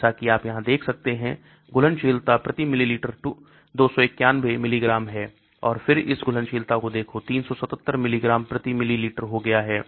जैसा कि आप यहां देख सकते हैं घुलनशीलता प्रति मिलीलीटर 291 मिलीग्राम है और फिर इस घुलनशीलता को देखो 377 मिलीग्राम प्रति मिली लीटर हो गया है